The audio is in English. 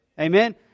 Amen